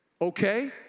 okay